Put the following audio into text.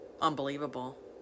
unbelievable